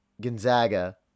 Gonzaga